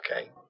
Okay